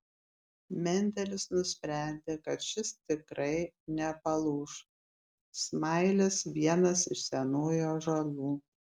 mendelis nusprendė kad šis tikrai nepalūš smailis vienas iš senųjų ąžuolų